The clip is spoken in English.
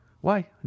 Why